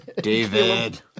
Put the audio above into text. David